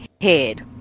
head